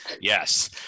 Yes